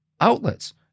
outlets